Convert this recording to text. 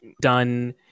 done